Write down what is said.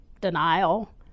denial